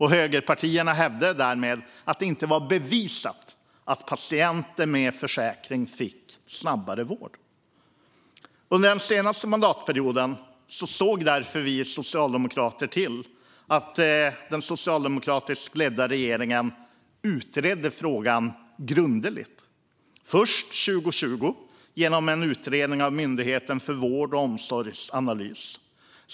Högerpartierna hävdade därmed att det inte var bevisat att patienter med försäkring fick snabbare vård. Under den senaste mandatperioden såg vi socialdemokrater därför till att den socialdemokratiskt ledda regeringen utredde frågan grundligt. Det gjordes först 2020 genom en utredning av Myndigheten för vård och omsorgsanalys.